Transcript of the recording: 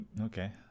Okay